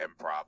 improv